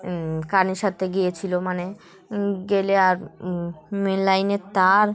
current সারতে গিয়েছিলো মানে গেলে আর মেন লাইনের তার